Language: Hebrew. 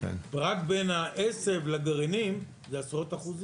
רק בין העשב לגרעינים זה עשרות אחוזים.